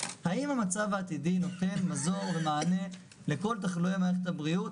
האם המצב העתידי נותן מזור ומענה לכל תחלואי מערכת הבריאות?